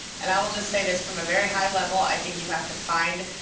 and i will just say this from a very high level, i think you have to find.